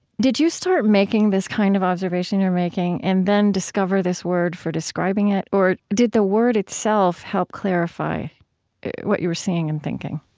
did you start making this kind of observation you're making and then discover this word for describing it, or did the word itself help clarify what you were seeing and thinking?